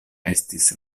estis